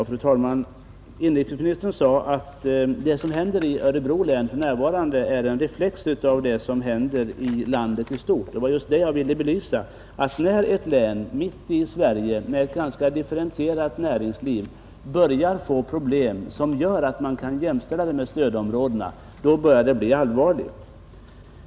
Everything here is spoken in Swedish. Fru talman! Inrikesministern sade att det som händer i Örebro län för närvarande är en reflex av det som händer i landet i stort. Det var just det jag ville belysa. När ett län mitt i Sverige, med ett ganska differentierat näringsliv, får problem som gör att man kan jämställa länet med stödområdena, då är läget allvarligt.